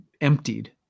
emptied